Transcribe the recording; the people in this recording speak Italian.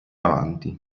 avanti